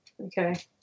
Okay